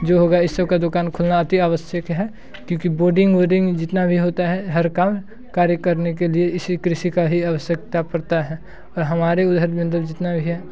जो होगी इन सब की दुकान खोलना अतिआवश्यक है क्योंकि बोर्डिंग वोर्डिंग जितना भी होता है हर काम कार्य करने के लिए इसी कृषि का ही आवश्यकता पड़ती है और हमारे उधर मतलब जितना भी है